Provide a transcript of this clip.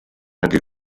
anche